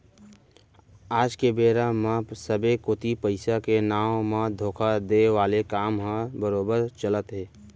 आज के बेरा म सबे कोती पइसा के नांव म धोखा देय वाले काम ह बरोबर चलत हे